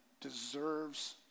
deserves